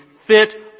Fit